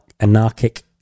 anarchic